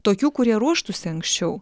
tokių kurie ruoštųsi anksčiau